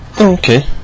Okay